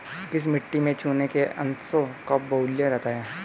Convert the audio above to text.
किस मिट्टी में चूने के अंशों का बाहुल्य रहता है?